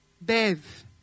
Bev